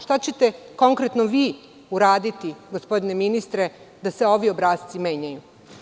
Šta ćete konkretno vi uraditi, gospodine ministre, da se ovi obrasci menjaju?